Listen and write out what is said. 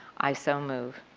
i so move.